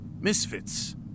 Misfits